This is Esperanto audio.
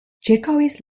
ĉirkaŭis